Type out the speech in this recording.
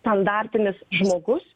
standartinis žmogus